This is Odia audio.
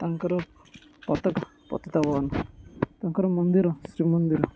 ତାଙ୍କର ପତକା ପତିତପାବନ ତାଙ୍କର ମନ୍ଦିର ଶ୍ରୀମନ୍ଦିର